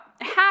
half